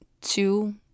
two